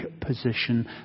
position